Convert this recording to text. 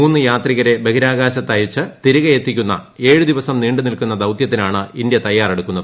മൂന്ന് യാത്രികരെ ബഹിരാകാശത്തയച്ച് തിരികെ എത്തിക്കുന്ന ഏഴ് ദിവസം നീണ്ട് നിൽക്കുന്ന ദൌത്യത്തിനാണ് ഇന്ത്യ തയ്യാറെടുക്കുന്നത്